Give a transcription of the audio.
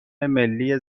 ملی